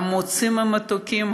חמוצים ומתוקים,